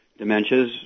dementias